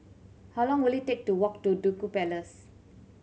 how long will it take to walk to Duku Palace